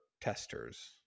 testers